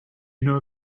know